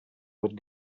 would